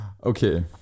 okay